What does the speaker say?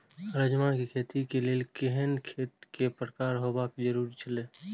राजमा के खेती के लेल केहेन खेत केय प्रकार होबाक जरुरी छल?